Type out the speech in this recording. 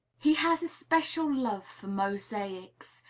he has a special love for mosaics,